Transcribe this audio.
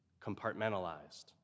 compartmentalized